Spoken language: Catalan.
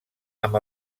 amb